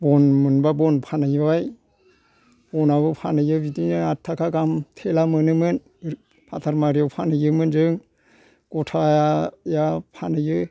बन मोनबा बन फानहैबाय बननाबो फानहैयो बिदिनो आथ थाखा गाहाम थेला मोनोमोन बातार मारियाव फानहैयोमोन जों गथाया फानहैयो